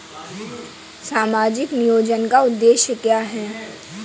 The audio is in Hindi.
सामाजिक नियोजन का उद्देश्य क्या है?